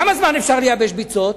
כמה זמן אפשר לייבש ביצות?